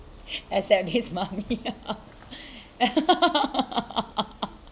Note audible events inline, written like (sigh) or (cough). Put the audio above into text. except his mom ya (laughs)